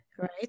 right